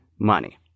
money